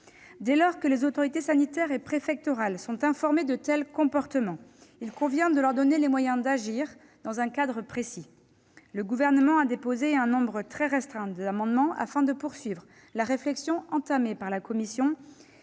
Dès lors que les autorités sanitaires et préfectorales sont informées de tels comportements, il convient de leur donner les moyens d'agir dans un cadre précis. À cet égard, le Gouvernement a déposé un petit nombre d'amendements tendant à poursuivre la réflexion entamée par la commission.